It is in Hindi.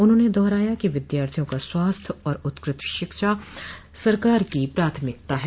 उन्होंने दोहराया कि विद्यार्थियों का स्वास्थ्य और उत्कृष्ट शिक्षा सरकार की प्राथमिकता है